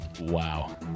Wow